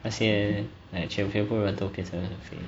那些 like 全全部人都变成很肥